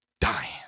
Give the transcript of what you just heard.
dying